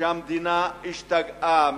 שהמדינה השתגעה.